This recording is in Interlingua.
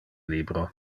libro